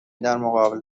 درمقابل